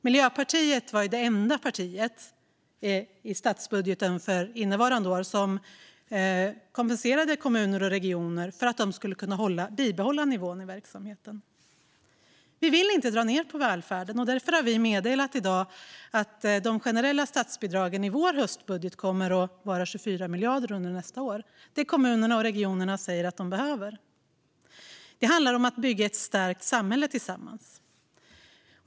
Miljöpartiet var det enda parti som i sin budget för innevarande år kompenserade kommuner och regioner för att de skulle kunna bibehålla nivån i verksamheten. Vi vill inte dra ned på välfärden. Därför har vi i dag meddelat att de generella statsbidragen i vår höstbudget kommer att vara 24 miljarder under nästa år - det som kommuner och regioner säger att de behöver. Det handlar om att bygga ett starkt samhälle tillsammans.